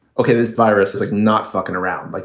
ok, this virus is like not fucking around. like,